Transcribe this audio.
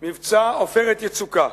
מבצע "עופרת יצוקה",